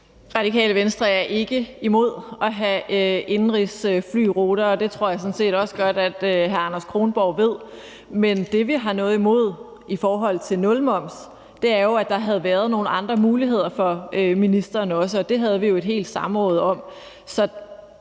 Radikale Venstre er ikke imod at have indenrigsflyruter, og det tror jeg sådan set også godt hr. Anders Kronborg ved. Men det, vi har noget imod i forhold til nulmoms, er jo, at der har været nogle andre muligheder for ministeren også; det havde vi jo et helt samråd om.